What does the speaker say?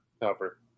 cover